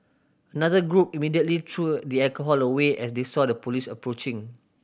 another group immediately threw the alcohol away as they saw the police approaching